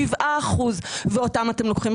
שבעה אחוזים ואותם אתם לוקחים.